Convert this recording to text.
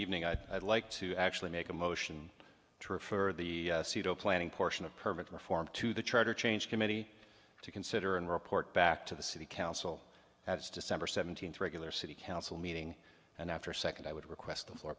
evening i would like to actually make a motion to refer the pseudo planning portion of permit reform to the charter change committee to consider and report back to the city council has december seventeenth regular city council meeting and after second i would request them for